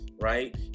Right